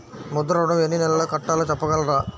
ముద్ర ఋణం ఎన్ని నెలల్లో కట్టలో చెప్పగలరా?